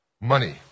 money